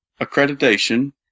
Accreditation